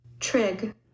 Trig